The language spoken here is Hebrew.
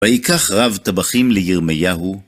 וייקח רב טבחים לירמיהו.